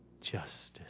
justice